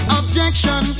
objection